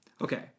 Okay